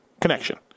Connection